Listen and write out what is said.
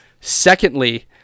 Secondly